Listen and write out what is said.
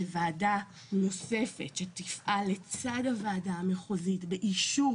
שוועדה נוספת שתפעל לצד הוועדה המחוזית באישור